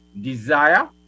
desire